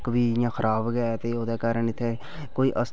बी इ'यां खराब गै ऐ ते ओह्दे कारण इत्थै कोई